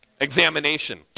examination